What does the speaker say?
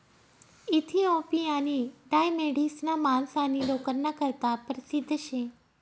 इथिओपियानी डाय मेढिसना मांस आणि लोकरना करता परशिद्ध शे